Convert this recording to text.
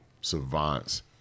savants